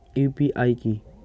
UPI কি?